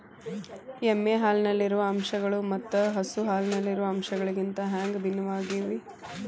ಎಮ್ಮೆ ಹಾಲಿನಲ್ಲಿರುವ ಅಂಶಗಳು ಮತ್ತ ಹಸು ಹಾಲಿನಲ್ಲಿರುವ ಅಂಶಗಳಿಗಿಂತ ಹ್ಯಾಂಗ ಭಿನ್ನವಾಗಿವೆ?